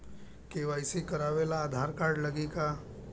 KYC करावे ला Aadhaar card लागी का?